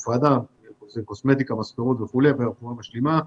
קוסמטיקה, מספרות, רפואה משלימה,